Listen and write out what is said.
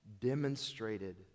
Demonstrated